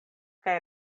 kaj